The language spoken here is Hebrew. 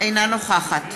אינה נוכחת